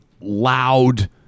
Loud